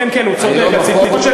היום החוק,